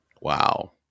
wow